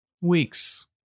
weeks